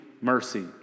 mercy